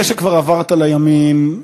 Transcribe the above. זה שכבר עברת לימין,